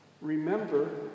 remember